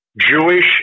Jewish